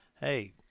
hey